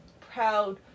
proud